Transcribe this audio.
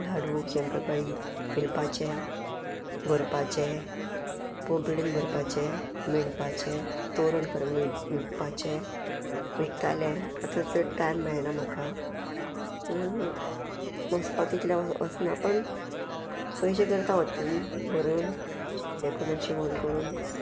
लाडू शंकरपाळी विणपाचे भरपाचे पोंपडेन भरपाचे विणपाचे तोरण करून विटपाचे विटताले आतां चड टायम मेळना म्हाका वचपा तितले वचना पण पयशे करता बरोवन हे करून शिवण करून